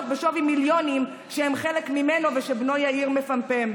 בשווי מיליונים שהם חלק ממנו ושבנו יאיר מפמפם.